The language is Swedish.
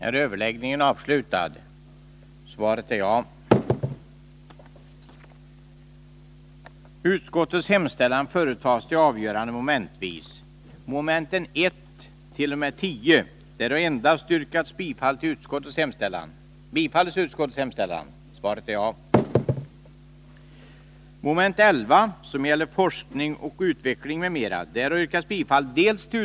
Här har endast yrkats bifall till utskottets hemställan. För bifall härtill krävs emellertid att minst tre fjärdedelar av de röstande och mer än hälften av riksdagens ledamöter förenar sig om beslutet. Beslut skall fattas genom omröstning.